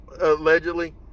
allegedly